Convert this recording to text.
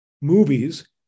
movies